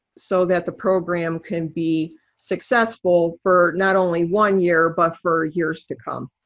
so that the program can be successful for not only one year, but for years to come.